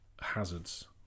hazards